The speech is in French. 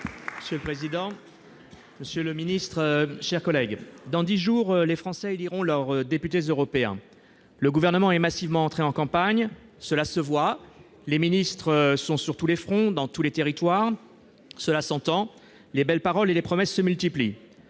pour le groupe socialiste et républicain. Dans dix jours, les Français éliront leurs députés européens. Le Gouvernement est massivement entré en campagne. Cela se voit : les ministres sont sur tous les fronts, dans tous les territoires. Cela s'entend : les belles paroles et les promesses se multiplient.